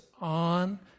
on